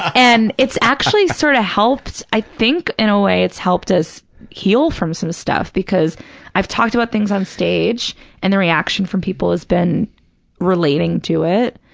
and it's actually sort of helped, i think in a way it's helped us heal from some stuff, because i've talked about things on stage and the reaction from people has been relating to it,